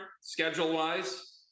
schedule-wise